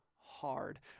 hard